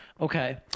Okay